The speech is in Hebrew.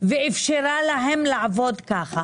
ואפשרה להם לעבוד ככה.